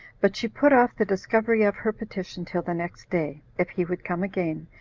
but she put off the discovery of her petition till the next day, if he would come again,